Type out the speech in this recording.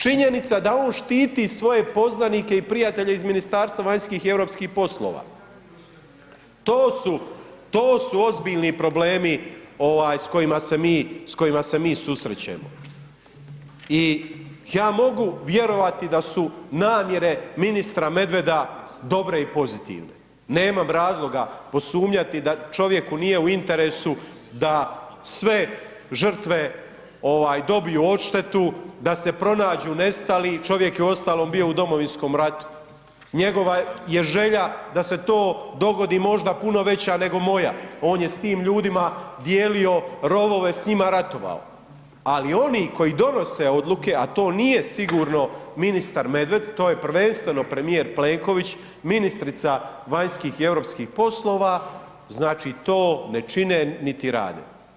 Činjenica da on štiti svoje poznanike i prijatelje iz Ministarstva vanjskih i europskih poslova, to su ozbiljni problemi s kojima se mi susrećemo i ja mogu vjerovati da su namjere ministra Medveda dobre i pozitivne, nemam razloga posumnjati da čovjeku nije u interesu da sve žrtve dobiju odštetu, da se pronađu nestali, čovjek je uostalom bio u Domovinskom ratu, njegova je želja da se to dogodi možda puno veća nego moja, on je s tim ljudima dijelio rovove, s njima ratovao, ali oni koji donose odluke, a to nije sigurno ministar Medved, to je prvenstveno premijer Plenković, ministrica vanjskih i europskih poslova, znači, to ne čine, niti rade.